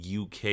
uk